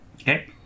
Okay